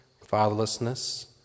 fatherlessness